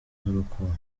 z’urukundo